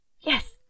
Yes